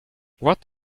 what